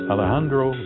Alejandro